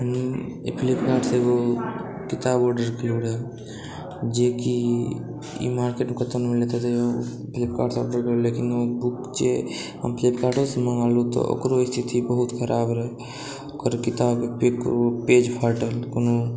फ़्लीपकॉर्टसं एगो किताब ऑर्डर कएलहुॅं रहय जेकि ई मार्केटमे कतौ नहि मिलैत रहय फ़्लीपकार्टसे ऑर्डर केलिय लेकिन ओ बुक जे हम फ़्लीपकार्टेसे मंगेलहुॅं तऽ ओकरो स्थिति बहुत ख़राब रहै ओकर किताबके पेज फाटल कोनो